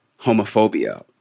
homophobia